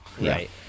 right